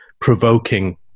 provoking